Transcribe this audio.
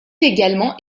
également